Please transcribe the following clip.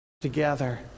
together